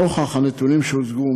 נוכח הנתונים שהוצגו,